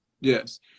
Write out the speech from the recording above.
Yes